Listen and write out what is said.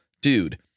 dude